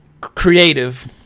creative